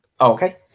Okay